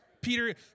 Peter